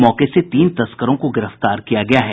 मौके से तीन तस्करों को गिरफ्तार किया गया है